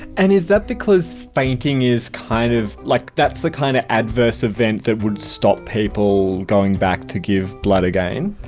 and is that because fainting is kind of, like that's the kind of adverse event that would stop people going back to give blood again?